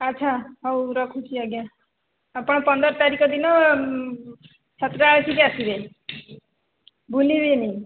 ଆଚ୍ଛା ହଉ ରଖୁଛି ଆଜ୍ଞା ଆପଣ ପନ୍ଦର ତାରିଖ ଦିନ ସାତଟା ବେଳକୁ ଏଠିକି ଆସିବେ ଭୁଲିବେନି